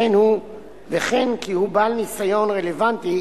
וכן כי הוא בעל ניסיון רלוונטי